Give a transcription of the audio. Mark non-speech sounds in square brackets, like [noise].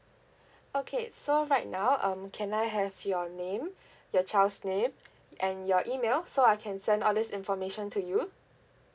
okay so right now um can I have your name your child's name [noise] and your email so I can send all this information to you